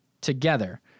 together